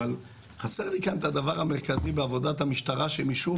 אבל חסר לי כאן את הדבר המרכזי בעבודת המשטרה שמשום